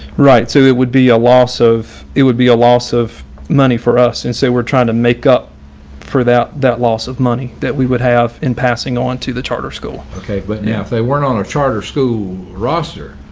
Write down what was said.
right. so it would be a loss of it would be a loss of money for us and say, we're trying to make up for that, that loss of money that we would have in passing on to the charter school. okay, but now if they weren't on our charter school roster,